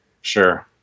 Sure